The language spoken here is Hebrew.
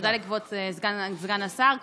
תודה לכבוד סגן השר.